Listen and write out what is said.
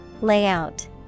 Layout